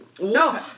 No